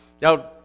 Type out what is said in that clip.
Now